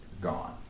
Gone